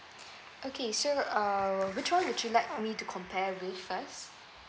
okay so uh which one would you like me to compare with first